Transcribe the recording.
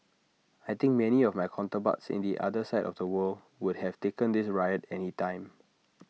I think many of my counterparts in the other side of the world would have taken this riot any time